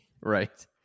Right